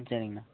ம் சரிங்கண்ணா